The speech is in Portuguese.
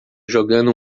jogando